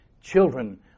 children